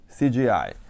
CGI